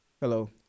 Hello